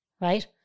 right